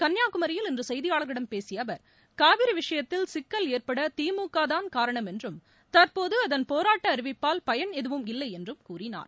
கன்னியாகுமரியில் இன்று செய்தியாளர்களிடம் பேசிய அவர் காவிரி விஷயத்தில் சிக்கல் ஏற்பட திமுக தான் காரணம் என்றும் தற்போது அதன் போராட்ட அறிவிப்பால் பயன் எதுவும் இல்லை என்றும் கூறினார்